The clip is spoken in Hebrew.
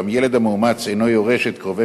אולם הילד המאומץ אינו יורש את קרובי